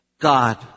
God